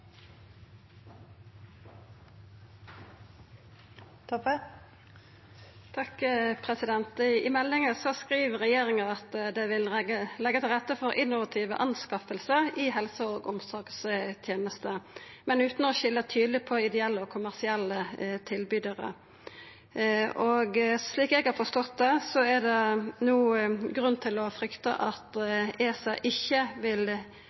I meldinga skriv regjeringa at dei vil leggja til rette for «innovative anskaffelser, også i helse- og omsorgstjenesten», men utan å skilja tydeleg mellom ideelle og kommersielle tilbydarar. Slik eg har forstått det, er det no grunn til å frykta at ESA ikkje vil